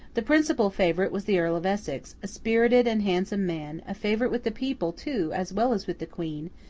the principal favourite was the earl of essex, a spirited and handsome man, a favourite with the people too as well as with the queen,